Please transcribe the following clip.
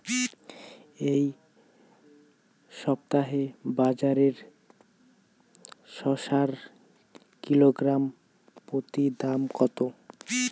এই সপ্তাহে বাজারে শসার কিলোগ্রাম প্রতি দাম কত?